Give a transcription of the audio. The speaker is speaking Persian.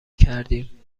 کردیم